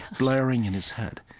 blaring in his head,